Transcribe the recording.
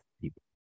people